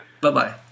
Bye-bye